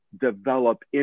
develop